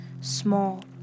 small